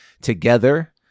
together